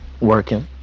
working